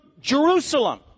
Jerusalem